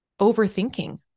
overthinking